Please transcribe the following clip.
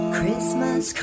Christmas